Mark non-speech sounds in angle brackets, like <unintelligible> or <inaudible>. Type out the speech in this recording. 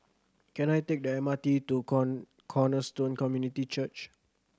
can I take the M R T to <unintelligible> Cornerstone Community Church